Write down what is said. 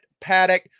Paddock